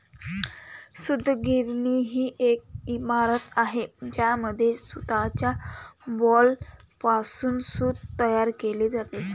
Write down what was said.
सूतगिरणी ही एक इमारत आहे ज्यामध्ये सूताच्या बॉलपासून सूत तयार केले जाते